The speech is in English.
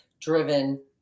driven